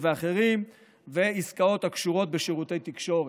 ואחרים ועסקאות הקשורות לשירותי תקשורת,